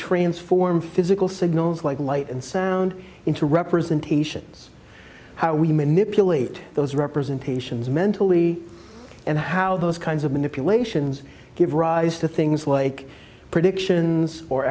transform physical signals like light and sound into representations how we manipulate those representations mentally and how those kinds of manipulations give rise to things like predictions or